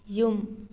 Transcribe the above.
ꯌꯨꯝ